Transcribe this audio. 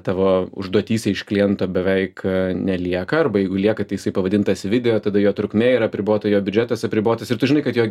tavo užduotyse iš kliento beveik nelieka arba jeigu lieka tai jisai pavadintas video tada jo trukmė yra apribota jo biudžetas apribotas ir tu žinai kad jo